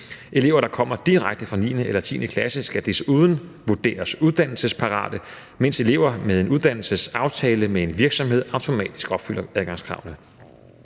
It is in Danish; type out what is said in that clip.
Elever, der kommer direkte fra 9. eller 10. klasse, skal desuden vurderes uddannelsesparate, mens elever med en uddannelsesaftale med en virksomhed automatisk opfylder adgangskravene.